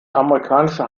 amerikanische